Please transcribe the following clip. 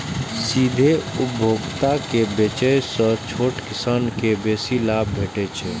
सीधे उपभोक्ता के बेचय सं छोट किसान कें बेसी लाभ भेटै छै